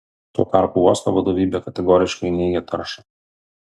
tuo tarpu uosto vadovybė kategoriškai neigia taršą